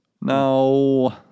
No